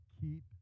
keep